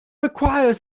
requires